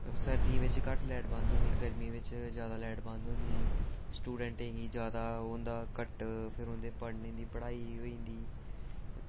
सरदियें बिच्च घट्ट लाईट बंद होंदी गरमियें बिच्च जादै लाईट बंद होंदी स्टूडेंटें गी जादै ओह् होंदा कट फिर उं'दी पढ़ने दी पढ़ाई ओह् होई जंदी